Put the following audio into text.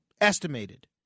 estimated